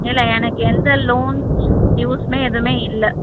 இல்லை எனக்கு எந்த லோன் யூஸ்மே எதுவுமே இல்லை